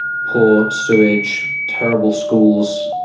poor sewerage, terrible schools,